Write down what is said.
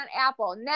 Apple